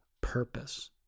purpose